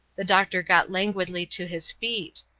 the doctor got languidly to his feet.